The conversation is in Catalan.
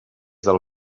del